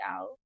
out